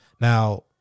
Now